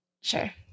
Sure